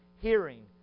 hearing